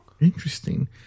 Interesting